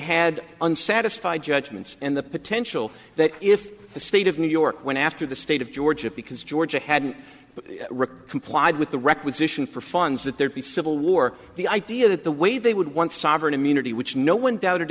had unsatisfied judgments and the potential that if the state of new york went after the state of georgia because georgia hadn't complied with the requisition for funds that there be civil war the idea that the way they would want sovereign immunity which no one doubted